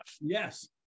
Yes